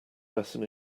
lesson